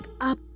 up